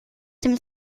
dem